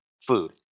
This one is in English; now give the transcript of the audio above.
food